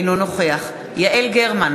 אינו נוכח יעל גרמן,